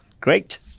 great